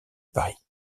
paris